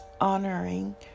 honoring